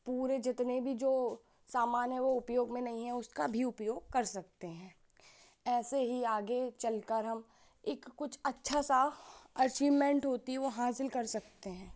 पूरे जितने भी जो सामान है वह उपयोग में नहीं है उसका भी उपयोग कर सकते हैं ऐसे ही आगे चलकर हम एक कुछ अच्छा सा अचीवमेन्ट होती है वह हासिल कर सकते हैं